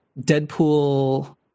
Deadpool